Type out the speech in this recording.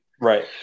Right